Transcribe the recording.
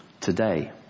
today